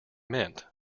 meant